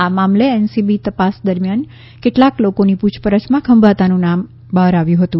આ મામલે એનસીબી તપાસ દરમિયાન કેટલાક લોકોની પુછપરછમાં ખંભાતાનું નામ બહાર આવ્યું હતું